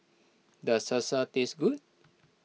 does Salsa taste good